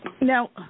Now